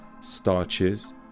starches